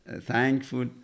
thankful